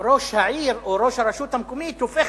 ראש העיר או ראש הרשות המקומית הופך